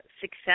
success